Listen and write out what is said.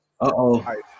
Uh-oh